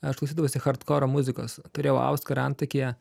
aš klausydavausi hardkoro muzikos turėjau auskarą antakyje